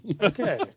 Okay